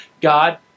God